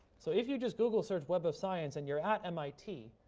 so if you just google search web of science, and you're at mit,